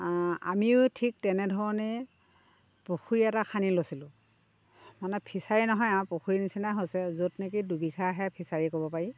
আমিও ঠিক তেনেধৰণে পুখুৰী এটা খানি লৈছিলোঁ মানে ফিছাৰী নহয় আৰু পুখুৰী নিচিনাহে হৈছে য'ত নেকি দুবিঘাহে ফিছাৰী বুলি ক'ব পাৰি